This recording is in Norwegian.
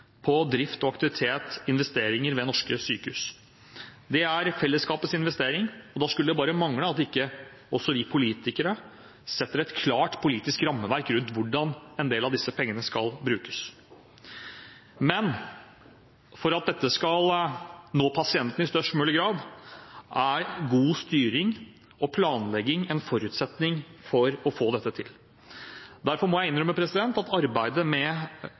på drift, aktivitet og investeringer ved norske sykehus. Det er fellesskapets investering, og da skulle det bare mangle at ikke også vi politikere setter et klart politisk rammeverk rundt hvordan en del av disse pengene skal brukes. Men for at dette skal nå pasientene i størst mulig grad, er god styring og planlegging en forutsetning. Derfor må jeg innrømme at arbeidet med